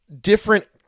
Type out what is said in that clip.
different